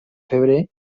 febrer